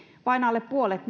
vain alle puolet